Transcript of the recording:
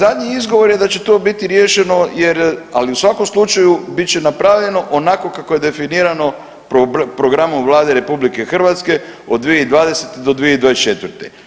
A zadnji izgovor je da će to biti riješeno jer, ali u svakom slučaju, bit će napravljeno onako kako je definirano programom Vlade RH 2020.-2024.